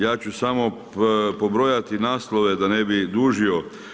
Ja ću samo pobrojati naslove da ne bih dužio.